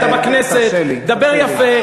קודם כול תדבר יפה.